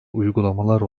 uygulamalar